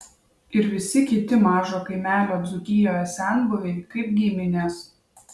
ir visi kiti mažo kaimelio dzūkijoje senbuviai kaip giminės